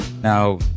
Now